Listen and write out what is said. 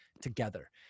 together